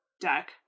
deck